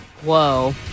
Whoa